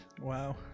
Wow